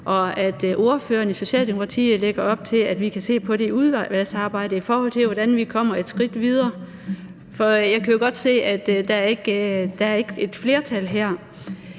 og at ordføreren for Socialdemokratiet lægger op til, at vi kan se på det i udvalgsarbejdet, i forhold til hvordan vi kommer et skridt videre. For jeg kan jo godt se, at der ikke er et flertal her.